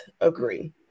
agree